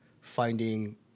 finding